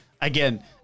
again